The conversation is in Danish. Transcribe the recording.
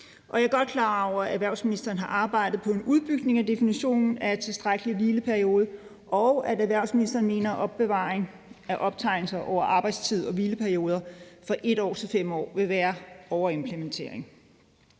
Jeg er godt klar over, at erhvervsministeren har arbejdet på en udbygning af definitionen af tilstrækkelig hvileperiode, og at erhvervsministeren mener, at opbevaring af optegnelser over arbejdstid og hvileperioder fra 1 år til 5 år vil være overimplementering.